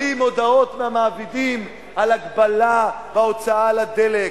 מקבלים הודעות מהמעבידים על הגבלה בהוצאה על הדלק,